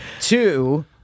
two